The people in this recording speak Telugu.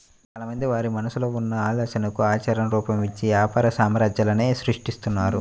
చాలామంది వారి మనసులో ఉన్న ఆలోచనలకు ఆచరణ రూపం, ఇచ్చి వ్యాపార సామ్రాజ్యాలనే సృష్టిస్తున్నారు